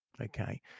okay